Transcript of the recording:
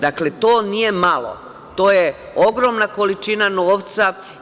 Dakle, to nije malo, to je ogromna količina novca.